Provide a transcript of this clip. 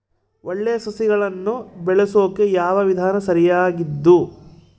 ಒಳ್ಳೆ ಸಸಿಗಳನ್ನು ಬೆಳೆಸೊಕೆ ಯಾವ ವಿಧಾನ ಸರಿಯಾಗಿದ್ದು?